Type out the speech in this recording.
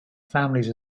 families